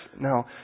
Now